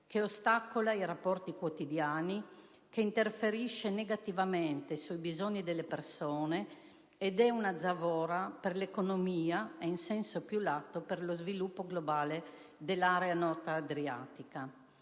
che ostacola i rapporti quotidiani, che interferisce negativamente sui bisogni delle persone ed è una zavorra per l'economia e in senso più lato per lo sviluppo globale dell'area nord-adriatica.